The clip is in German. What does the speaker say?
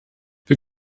wir